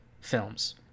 films